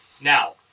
Now